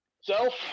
Self